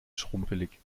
schrumpelig